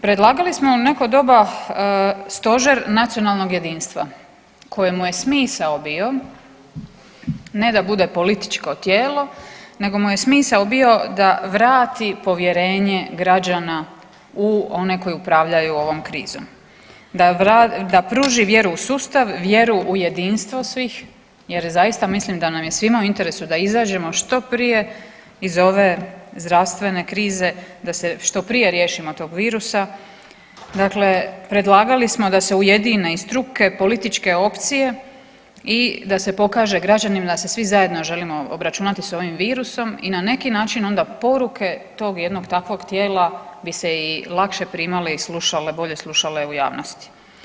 Predlagali smo u neko doba stožer nacionalnog jedinstva kojemu je smisao bio ne da bude političko tijelo nego mu je smisao bio da vrati povjerenje građana u one koji upravljaju ovom krizom, da pruži vjeru u sustav, vjeru u jedinstvo svih jer zaista mislim da nam je svima u interesu da izađemo što prije iz ove zdravstvene krize, da se što prije riješimo tog virusa, dakle predlagali smo da se ujedine i struke, političke opcije i da se pokaže građanima da se svi zajedno želimo obračunati s ovim virusom i na neki način onda poruke tog jednog takvog tijela bi se i lakše primale i slušale, bolje slušale u javnosti.